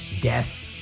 death